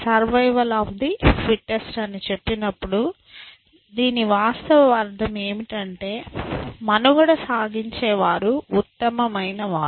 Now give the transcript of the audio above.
survival of the fittest అని చెప్పినప్పుడు దీని వాస్తవ అర్థం ఏమిటంటే మనుగడ సాగించే వారు ఉత్తమమైనవారు